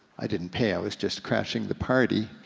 i didn't pay i was just crashing the party,